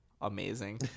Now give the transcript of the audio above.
amazing